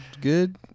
good